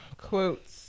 quotes